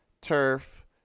turf